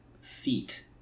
feet